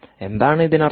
എന്താണ് ഇതിനർത്ഥം